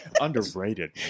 Underrated